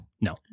No